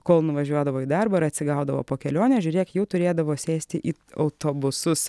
kol nuvažiuodavo į darbą ir atsigaudavo po kelionės žiūrėk jau turėdavo sėsti į autobusus